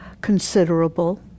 considerable